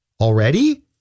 already